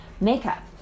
makeup